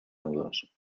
nudos